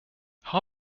how